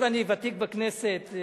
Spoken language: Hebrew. היות שאני ותיק בכנסת,